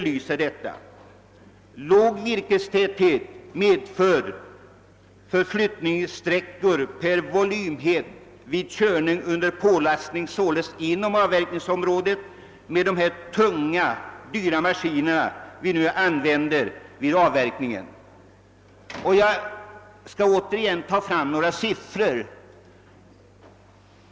Låg virkestäthet medför långa förflyttningssträckor per volymenhet vid körning under pålastning inom avverkningsområdet med de tunga maskiner vi nu använder vid avverkningen. Jag skall nämna några siffror.